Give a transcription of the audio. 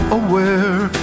aware